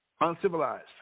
uncivilized